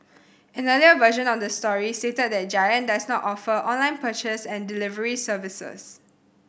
an earlier version of the story stated that Giant does not offer online purchase and delivery services